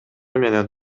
менен